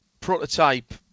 prototype